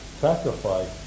sacrifice